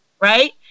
right